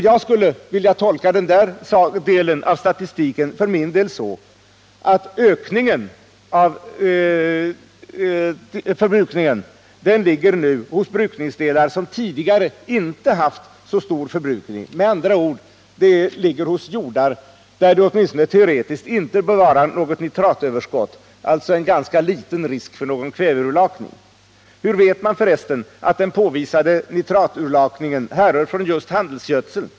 Jag skulle för min del vilja tolka den delen av statistiken så, att ökningen av förbrukningen nu ligger hos brukningsdelar som tidigare inte haft så stor förbrukning. Med andra ord: Det är jordar där det åtminstone teoretiskt inte bör vara något nitratöverskott, alltså en ganska liten risk för någon kväveutlakning. Hur vet man förresten att den påvisade nitratutlakningen härrör från just handelsgödsel?